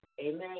Amen